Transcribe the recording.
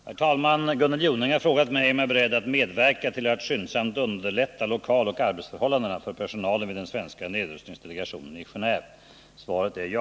Herr talman! Gunnel Jonäng har frågat mig om jag är beredd att medverka till att skyndsamt underlätta lokaloch arbetsförhållandena för personalen vid den svenska nedrustningsdelegationen i Genéve. Svaret är ja.